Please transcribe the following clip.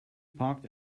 parked